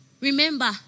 Remember